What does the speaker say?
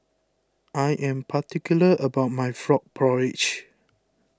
I am particular about my Frog Porridge